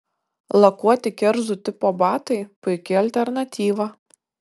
lakuoti kerzų tipo batai puiki alternatyva